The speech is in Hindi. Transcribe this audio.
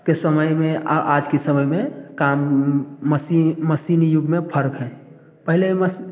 के समय में आज के समय में काम मशी मशीनी युग में फर्क है पहले मशी